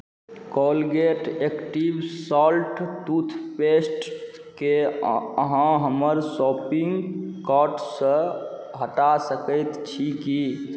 Colgate active salt toothpaste केँ अहाँ हमर शॉपिंग कार्ट सँ हटा सकैत छी की